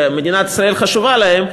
ומדינת ישראל חשובה להם,